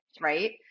right